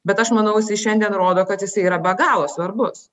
bet aš manau jisai šiandien rodo kad jisai yra be galo svarbus